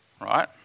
right